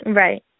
Right